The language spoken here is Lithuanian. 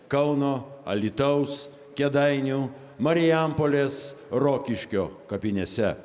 kauno alytaus kėdainių marijampolės rokiškio kapinėse